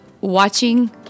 watching